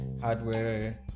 hardware